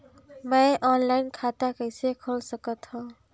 मैं ऑनलाइन खाता कइसे खोल सकथव?